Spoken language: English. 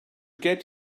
get